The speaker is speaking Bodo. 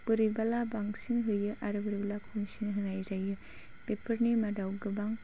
बोरैब्लाबा बांसिन होयो आरो बोरैब्लाबा खमसिन होनाय जायो बेफोरनि मादाव गोबां